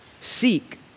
Seek